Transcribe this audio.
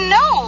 no